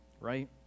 right